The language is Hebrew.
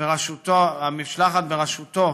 המשלחת בראשותו